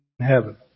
heaven